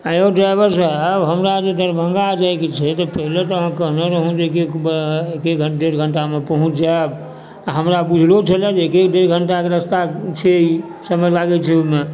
एँ यौ ड्राइवर साहेब हमरा जे दरभङ्गा जाएके छै तऽ पहिले तऽ अहाँ कहने रहौ जेकि एके डेढ घण्टामे पहुँच जाएब आ हमरा बुझलो छलए जे एके डेढ घण्टाके रस्ता छै ई समय लागए छै अहिमे